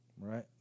right